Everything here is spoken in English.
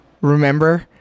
Remember